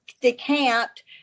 decamped